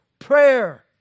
prayer